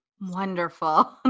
Wonderful